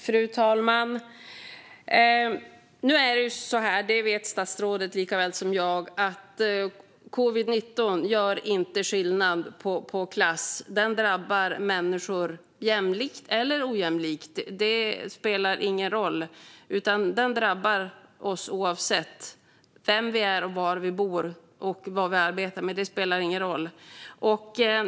Fru talman! Statsrådet vet lika väl som jag att covid-19 inte gör skillnad på klass. Det drabbar människor jämlikt eller ojämlikt. Det drabbar oss oavsett vem vi är, var vi bor och vad vi arbetar med. Det spelar ingen roll.